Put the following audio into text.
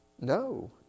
No